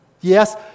yes